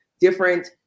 different